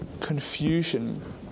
confusion